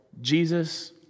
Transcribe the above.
Jesus